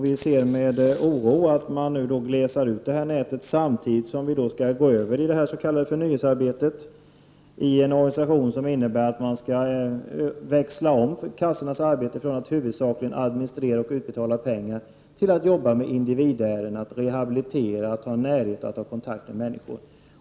Vi ser med oro att man nu glesar ut nätet samtidigt som vi skall gå över i det s.k. förnyelsearbetet, då kassornas arbete skall övergå från att huvudsakligen bestå i att administrera och betala pengar till att bestå i att jobba med individärenden, att rehabilitera, att ha närhet till och kontakt med människor.